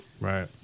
Right